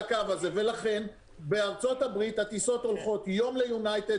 הקיבולת המרבית של הנוסעים כי למעשה האישור שניתן לטיסה הוא של מנכ"ל